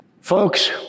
Folks